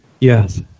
Yes